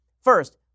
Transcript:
First